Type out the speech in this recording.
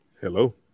Hello